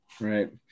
Right